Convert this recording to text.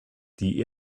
die